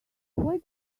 why